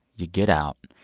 you get out.